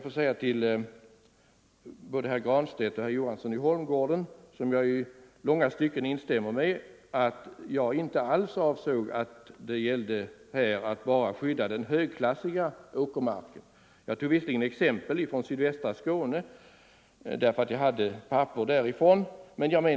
Både till herr Granstedt och till herr Johansson i Holmgården, vilkas synpunkter jag i långa stycken instämmer i, vill jag säga att jag inte alls anser att man endast skall skydda den högklassiga åkermarken.